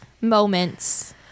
moments